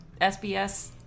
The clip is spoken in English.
SBS